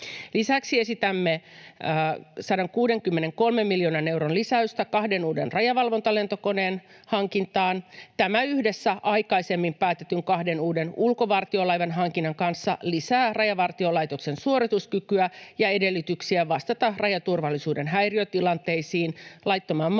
Lisäksi esitämme 163 miljoonan euron lisäystä kahden uuden rajavalvontalentokoneen hankintaan. Tämä yhdessä aikaisemmin päätetyn kahden uuden ulkovartiolaivan hankinnan kanssa lisää Rajavartiolaitoksen suorituskykyä ja edellytyksiä vastata rajaturvallisuuden häiriötilanteisiin, laittomaan maahantuloon,